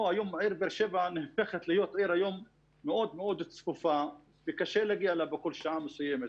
באר שבע הופכת לעיר מאוד צפופה וקשה להגיע אליה בשעות מסוימות,